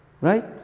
Right